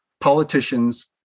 politicians